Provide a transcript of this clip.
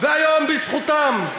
והיום, בזכותם,